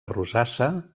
rosassa